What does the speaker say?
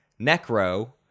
Necro